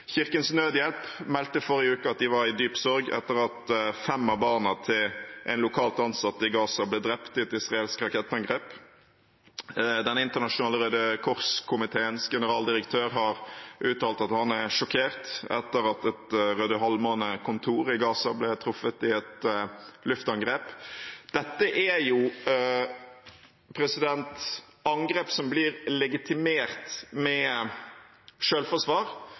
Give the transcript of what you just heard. Kirkens Nødhjelp meldte i forrige uke at de var i dyp sorg etter at fem av barna til lokalt ansatte i Gaza ble drept i et israelsk rakettangrep. Den internasjonale Røde Kors-komiteens generaldirektør har uttalt at han er sjokkert etter at et Røde Halvmåne-kontor i Gaza ble truffet i et luftangrep. Dette er angrep som blir legitimert med